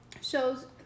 shows